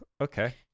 okay